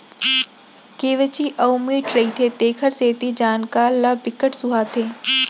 केंवची अउ मीठ रहिथे तेखर सेती जानवर ल बिकट सुहाथे